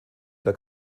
der